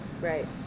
right